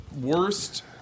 worst